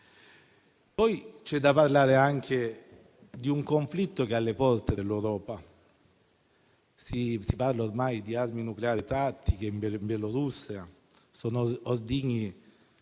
necessario parlare anche di un conflitto che è alle porte dell'Europa. Si parla ormai di armi nucleari tattiche in Bielorussia, che sono ordigni